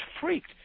freaked